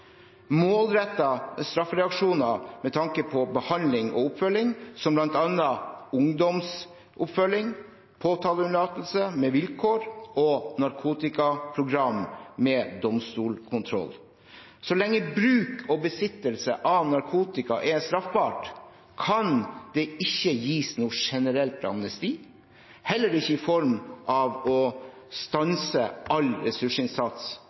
straffereaksjoner med tanke på behandling og oppfølging, som bl.a. ungdomsoppfølging, påtaleunnlatelse med vilkår og narkotikaprogram med domstolskontroll. Så lenge bruk og besittelse av narkotika er straffbart, kan det ikke gis noe generelt amnesti, heller ikke i form av å stanse all ressursinnsats